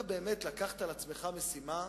אתה באמת לקחת על עצמך משימה,